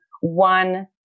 one